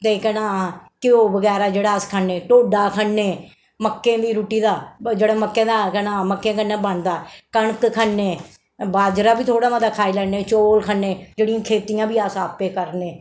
ते केह् नां घ्यो बगैरा जेह्ड़ा अस खन्नें ढोड्डा खन्ने मक्कें दी रुट्टी दा जेह्ड़ा मक्कें दा केह् नां मक्कें कन्नै बनदा कनक खन्ने बाजरा बी थोह्ड़ा मता खाई लैन्ने चौल खन्ने जेह्ड़ियां खेत्तियां बी अस आपें करने